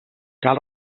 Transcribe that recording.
cal